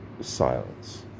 silence